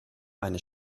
eine